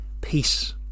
peace